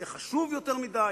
זה חשוב יותר מדי,